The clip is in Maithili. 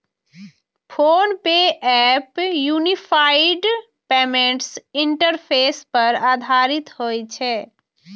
PhonePe app unified payments interface पर आधारित होइ छै